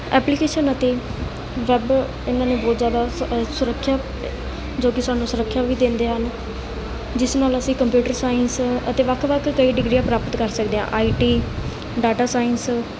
application ਅਤੇ web ਇਹਨਾਂ ਨੇ ਬਹੁਤ ਜ਼ਿਆਦਾ ਸ ਸੁਰੱਖਿਆ ਜੋ ਕਿ ਸਾਨੂੰ ਸੁਰੱਖਿਆ ਵੀ ਦਿੰਦੇ ਹਨ ਜਿਸ ਨਾਲ ਅਸੀਂ ਕੰਪਿਊਟਰ ਸਾਇੰਸ ਅਤੇ ਵੱਖ ਵੱਖ ਕਈ ਡਿਗਰੀਆਂ ਪ੍ਰਾਪਤ ਕਰ ਸਕਦੇ ਹਾਂ ਆਈ ਟੀ ਡਾਟਾ ਸਾਇੰਸ